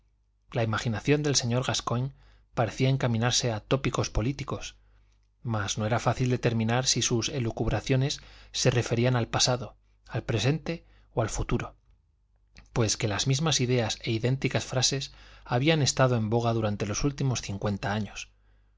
la imaginación del señor gascoigne parecía encaminarse a tópicos políticos mas no era fácil determinar si sus elucubraciones se referían al pasado al presente o al futuro pues que las mismas ideas e idénticas frases habían estado en boga durante los últimos cincuenta años